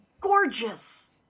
gorgeous